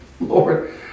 Lord